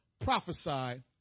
prophesied